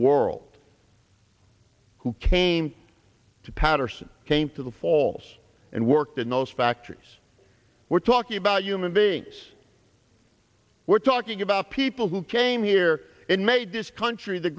world who came to paterson came to the falls and worked in those factories we're talking about human beings we're talking about people who came here and made this country the